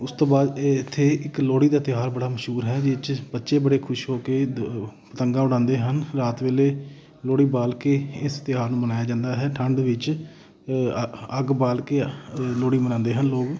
ਉਸ ਤੋਂ ਬਾਅਦ ਇੱਥੇ ਇੱਕ ਲੋਹੜੀ ਦਾ ਤਿਉਹਾਰ ਬੜਾ ਮਸ਼ਹੂਰ ਹੈ ਜਿਸ 'ਚ ਬੱਚੇ ਬੜੇ ਖੁਸ਼ ਹੋ ਕੇ ਦ ਪਤੰਗਾਂ ਉਡਾਉਂਦੇ ਹਨ ਰਾਤ ਵੇਲੇ ਲੋਹੜੀ ਬਾਲ ਕੇ ਇਸ ਤਿਉਹਾਰ ਨੂੰ ਮਨਾਇਆ ਜਾਂਦਾ ਹੈ ਠੰਡ ਵਿੱਚ ਅੱਗ ਬਾਲ ਕੇ ਲੋਹੜੀ ਮਨਾਉਂਦੇ ਹਨ ਲੋਕ